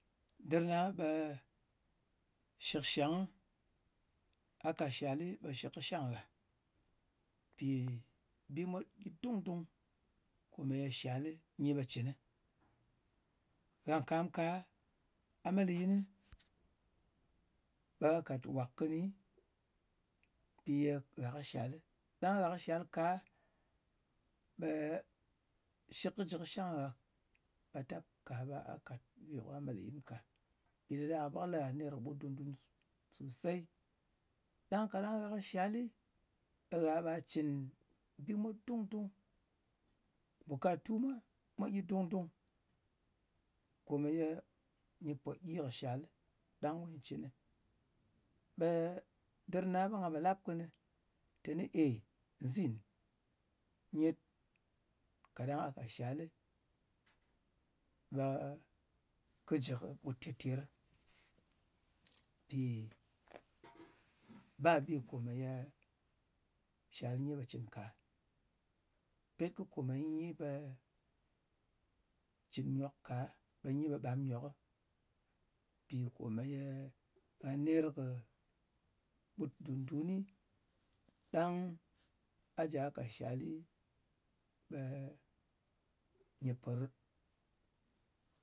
Ɗɨr na ɓe shɨkshangɨ a ka shali ɓe shɨk kɨ shang. Mpì bi mwa gyɨ dung-dung kòmeye shal nyi ɓe cɨnɨ. Gha kam ka, a met lɨ yini, ɓa kàt wàk kɨni mpì ye gha kɨ shalɨ. Ɗang kaɗang gha kɨ shal ka, ɓe shɨk kɨ jɨ kɨ shang gha, ɓe gha tap ka ɓe gha kàt bi ka me lɨyin ka. Mpì ɗa ɗak-a ɓe kɨ lè gha ner kɨ ɓut dùn-dun susey. Ɗang kaɗang gha kɨ shalɨ, ɓe gha ab cɨn bi mwa dung-dung. Bukatu mwa gyɨ dung-dung nyi pò gyi kɨ shalɨ ɗang kyi cɨn nɨ. Ɓe dɨr na ɓe nga po lap kɨnɨ teni, eyi, nzin nyet, kaɗang gha kàt shalɨ ɓe kɨ jɨ kɨ ɓùt ter-ter. Mpì ba bi komeye shal nyi ɓe cɨn ka. Pet kɨ kòmè nyi ɓe cɨn nyok ka, ɓe nyi ɓe ɓam nyokɨ. Mpì kòmeye gha ner kɨ ɓut dun-dunɨ, ɗang a ja ka shali ɓe nyɨ pò rɨp,